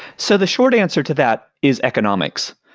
so the short answer to that is economics.